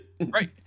Right